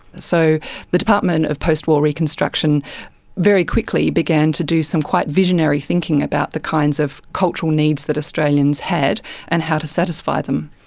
so the department of post-war reconstruction very quickly began to do some quite visionary thinking about the kinds of cultural needs that australians had and how to satisfy them.